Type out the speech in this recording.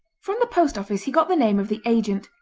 from the post-office he got the name of the agent,